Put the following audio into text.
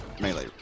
melee